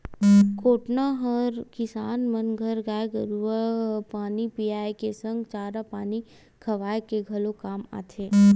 कोटना हर किसान मन घर गाय गरुवा ल पानी पियाए के संग चारा पानी खवाए के घलोक काम आथे